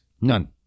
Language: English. None